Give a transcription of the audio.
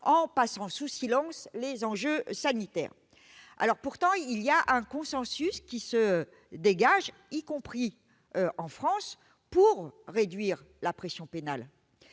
en passant sous silence les enjeux sanitaires. Pourtant, un consensus se dégage, y compris en France, pour réduire la pression pénale.